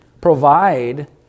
provide